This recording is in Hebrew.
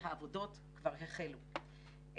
שהעבודות כבר החלו.